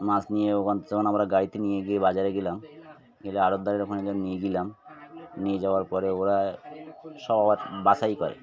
মাছ নিয়ে ওখান যখন আমরা গাড়িতে নিয়ে গিয়ে বাজারে গেলাম গেলে আড়তদারের ওখানে যখন নিয়ে গেলাম নিয়ে যাওয়ার পরে ওরা সব আবার বাছাই করে